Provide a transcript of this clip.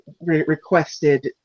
requested